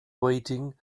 waiting